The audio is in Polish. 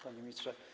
Panie Ministrze!